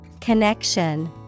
Connection